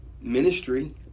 ministry